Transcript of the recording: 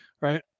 Right